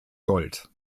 gold